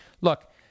Look